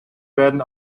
werden